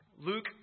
Luke